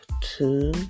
two